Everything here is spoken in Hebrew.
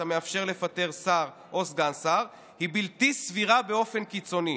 המאפשר לפטר שר או סגן שר היא בלתי סבירה באופן קיצוני,